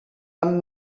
van